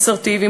אסרטיביים,